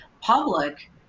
public